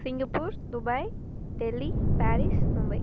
Singapore Dubai Delhi Paris Mumbai